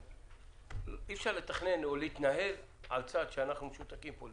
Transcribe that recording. אי אפשר לתכנן או להתנהל על צד שאנחנו משותקים פוליטית.